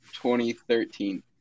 2013